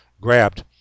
grabbed